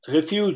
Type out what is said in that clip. Refuge